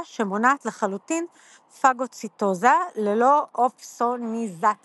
שמונעת לחלוטין פגוציטוזה ללא אופסוניזציה.